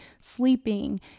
sleeping